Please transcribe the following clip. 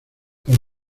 por